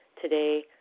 Today